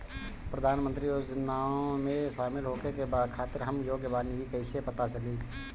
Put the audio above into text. प्रधान मंत्री योजनओं में शामिल होखे के खातिर हम योग्य बानी ई कईसे पता चली?